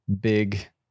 big